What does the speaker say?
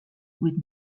with